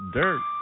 dirt